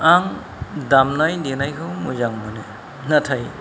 आं दामनाय देनायखौ मोजां मोनो नाथाय